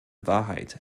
wahrheit